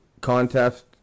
contest